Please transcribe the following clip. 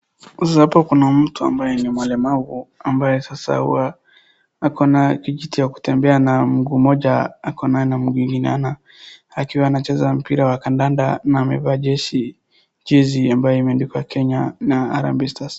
Hapa kuna mtu ambaye ni mlemavu ambaye sasa huwa ako na kijiti ya kutembea na mguu moja, ako na mguu ingine akiwa anacheza mpira wa kandanda na amevaa jezi ambayo imeandikwa Kenya na harambe starts .